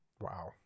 Wow